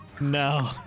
no